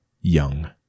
young